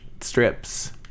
strips